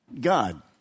God